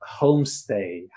homestay